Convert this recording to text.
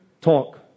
talk